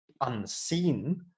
unseen